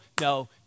no